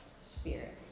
Spirit